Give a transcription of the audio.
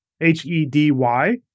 H-E-D-Y